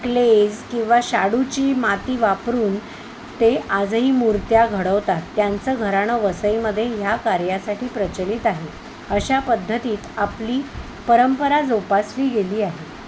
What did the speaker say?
क्लेज किंवा शाडूची माती वापरून ते आजही मूर्त्या घडवतात त्यांचं घराणं वसईमध्ये ह्या कार्यासाठी प्रचलित आहे अशा पद्धतीत आपली परंपरा जोपासली गेली आहे